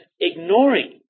ignoring